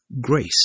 Grace